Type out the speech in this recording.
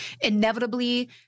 Inevitably